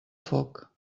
foc